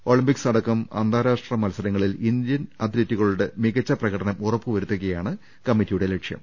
Olympics അടക്കം അന്താരാഷ്ട്ര മത്സരങ്ങ ളിൽ ഇന്ത്യൻ അത്ലറ്റുകളുടെ മികച്ച പ്രകടനം ഉറപ്പുവരുത്തുകയാണ് കമ്മി റ്റിയുടെ ലക്ഷ്യം